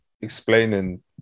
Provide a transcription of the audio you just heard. explaining